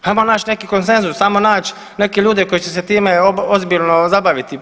Ajmo nać neki konsenzus, ajmo nać neke ljude koji će se time ozbiljno zabaviti.